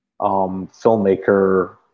filmmaker